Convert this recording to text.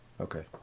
Okay